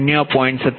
1775 j4